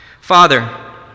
Father